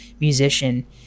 musician